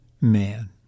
man